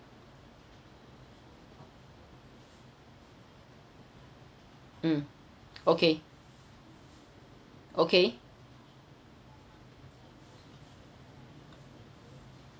mm okay okay